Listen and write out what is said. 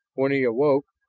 when he awoke,